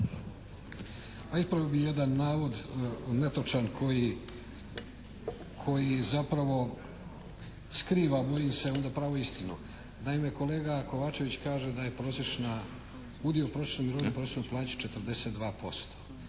Ispravio bih jedan navod netočan koji zapravo skriva bojim se onda pravu istinu. Naime kolega Kovačević kaže da je prosječna, udio prosječne mirovine i prosječne plaće 42%.